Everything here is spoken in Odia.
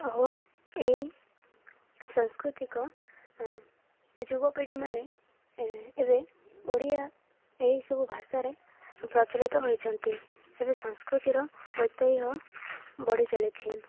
ଆଉ ଏଇ ସାଂସ୍କୃତିକ ଯୁବପିଢ଼ି ମାନ ଏବେ ଓଡ଼ିଆ ଏହିସବୁ ଭାଷାରେ ପ୍ରଚଳିତ ହୋଇଛନ୍ତି ଏବେ ସଂସ୍କୃତିର ଐତିହ୍ୟ ବଢ଼ିଚାଲିଛି